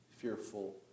fearful